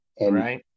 Right